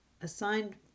assigned